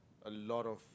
a lot of